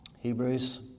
Hebrews